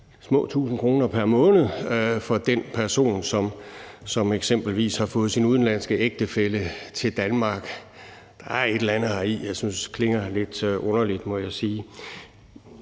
små 1.000 kr. pr. måned for den person, som eksempelvis har fået sin udenlandske ægtefælle til Danmark. Der er et eller andet heri, jeg synes klinger lidt underligt,